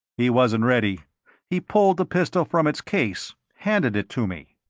he wasn't ready he pulled the pistol from its case, handed it to me.